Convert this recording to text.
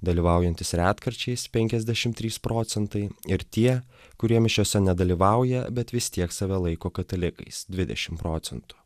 dalyvaujantys retkarčiais penkiasdešim trys procentai ir tie kurie mišiose nedalyvauja bet vis tiek save laiko katalikais dvidešim procentų